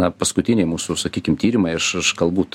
na paskutiniai mūsų sakykim tyrimai aš aš galbūt